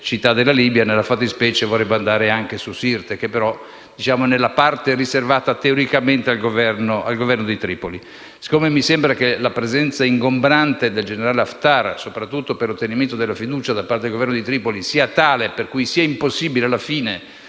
nella fattispecie, vorrebbe andare a Sirte, che, però, è nella parte riservata, teoricamente, al Governo di Tripoli. Siccome mi sembra che la presenza ingombrante del generale Haftar, soprattutto per l'ottenimento della fiducia da parte del Governo di Tripoli, sia tale da rendere impossibile, alla fine,